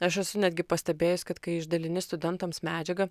aš esu netgi pastebėjus kad kai išdalini studentams medžiagą